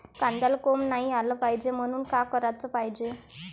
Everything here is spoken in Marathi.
कांद्याला कोंब नाई आलं पायजे म्हनून का कराच पायजे?